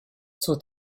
zur